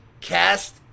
Cast